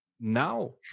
now